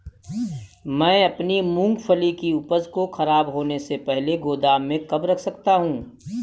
मैं अपनी मूँगफली की उपज को ख़राब होने से पहले गोदाम में कब तक रख सकता हूँ?